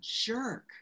jerk